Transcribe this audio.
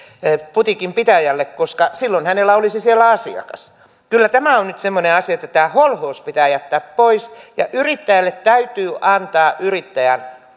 putiikin pitäjälle koska silloin hänellä olisi siellä asiakas kyllä tämä on nyt semmoinen asia että tämä holhous pitää jättää pois ja yrittäjälle täytyy antaa yrittäjän